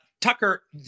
Tucker